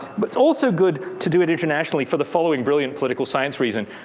but it's also good to do it internationally for the following brilliant political science reason.